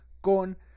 con